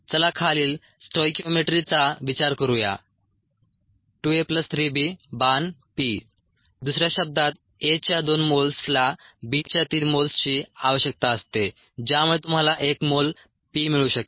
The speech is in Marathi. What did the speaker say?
चला खालील स्टोइक्योमेट्रीचा विचार करूया 2A 3B → P दुसऱ्या शब्दात A च्या 2 मोल्स ला B च्या 3 मोल्सची आवश्यकता असते ज्यामुळे तुम्हाला 1 मोल P मिळू शकेल